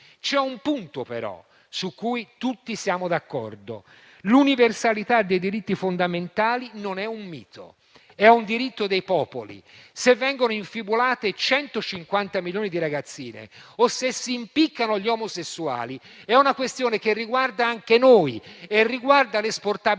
C'è un punto, però, su cui tutti siamo d'accordo: l'universalità dei diritti fondamentali non è un mito, è un diritto dei popoli. Se vengono infibulate 150 milioni di ragazzine o si impiccano gli omosessuali, la questione riguarda anche noi e l'esportabilità